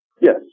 Yes